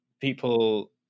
people